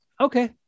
Okay